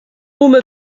uma